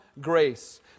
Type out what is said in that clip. grace